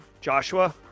Joshua